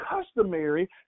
customary